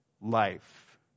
life